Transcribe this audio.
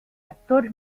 actor